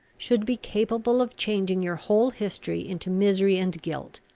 should be capable of changing your whole history into misery and guilt.